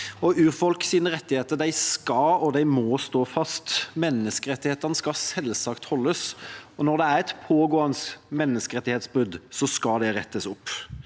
Urfolks rettigheter skal og må stå fast. Menneskerettighetene skal selvsagt holdes. Når det er et pågående menneskerettighetsbrudd, skal det rettes opp.